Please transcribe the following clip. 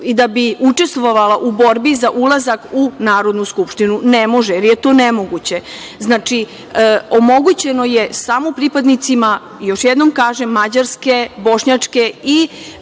i da bi učestvovala u borbi za ulazak u Narodnu skupštinu? Ne može, jer je to nemoguće. Znači, omogućeno je samo pripadnicima, još jednom kažem, mađarske, bošnjačke i